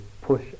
push